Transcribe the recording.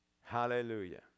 hallelujah